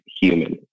human